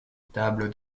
table